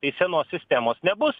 tai senosi sistemos nebus